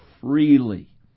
freely